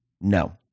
No